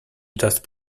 just